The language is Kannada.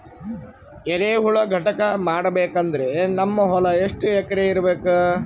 ಎರೆಹುಳ ಘಟಕ ಮಾಡಬೇಕಂದ್ರೆ ನಮ್ಮ ಹೊಲ ಎಷ್ಟು ಎಕರ್ ಇರಬೇಕು?